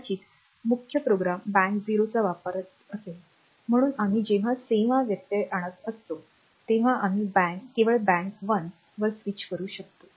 कदाचित मुख्य program Bank 0 चा वापरत असेल म्हणून आम्ही जेव्हा सेवा व्यत्यय आणत असतो तेव्हा आम्ही केवळ बँक 1 वर स्विच करू शकतो